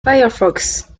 firefox